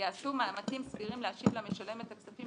"יעשו מאמצים כבירים להשיב למשלם את הכספים